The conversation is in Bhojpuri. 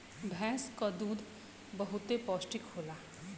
भैंस क दूध बहुते पौष्टिक होला